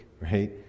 right